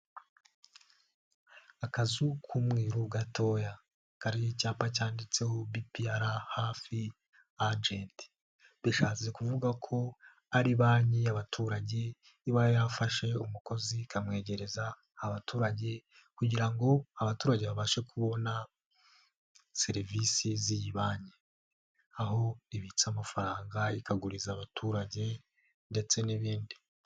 Akazu k'umweru gatoya kari icyapa cyanditseho BPR hafi ajenti, bishatse kuvuga ko ari banki y'abaturage iba yafashe umukozi ikamwegereza abaturage, kugira ngo abaturage babashe kubona serivisi z'iyi banki, aho ibitsa amafaranga, ikaguriza abaturage ndetse n'ibindi.